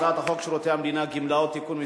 הצעת חוק שירות המדינה (גמלאות) (תיקון מס'